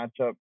matchup